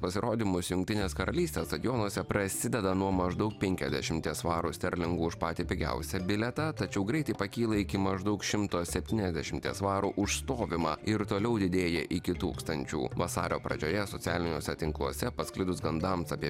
pasirodymus jungtinės karalystės stadionuose prasideda nuo maždaug penkiasdešimties svarų sterlingų už patį pigiausią bilietą tačiau greitai pakyla iki maždaug šimto septyniasdešimties svarų už stovimą ir toliau didėja iki tūkstančių vasario pradžioje socialiniuose tinkluose pasklidus gandams apie